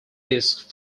these